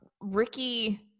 Ricky